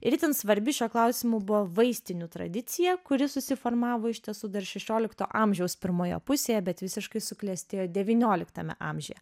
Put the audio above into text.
ir itin svarbi šiuo klausimu buvo vaistinių tradicija kuri susiformavo iš tiesų dar šešiolikto amžiaus pirmoje pusėje bet visiškai suklestėjo devynioliktame amžiuje